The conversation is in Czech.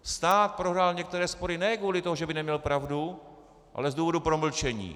Stát prohrál některé spory ne kvůli tomu, že by neměl pravdu, ale z důvodu promlčení.